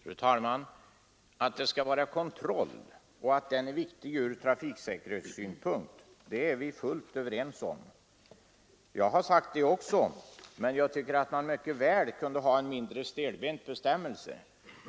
Fru talman! Att det skall vara kontroll och att den är viktig ur trafiksäkerhetssynpunkt är vi fullt överens om. Det har jag också sagt. Men jag tycker att man mycket väl kunde ha en mindre stelbent bestämmelse.